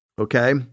Okay